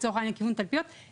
לצורך העניין לכיוון תלפיות,